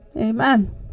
Amen